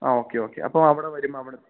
ആ okay okay അപ്പവടെ വരുമ്പൊ അവടെ